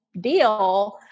deal